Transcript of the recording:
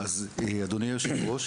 אז אדוני יושב הראש,